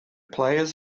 players